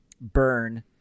burn